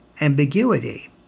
ambiguity